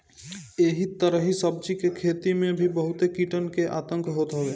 एही तरही सब्जी के खेती में भी बहुते कीटन के आतंक होत हवे